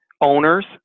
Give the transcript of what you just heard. owners